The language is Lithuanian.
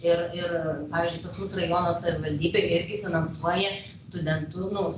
ir ir pavyzdžiui pas mus rajono savivaldybė irgi finansuoja studentų nu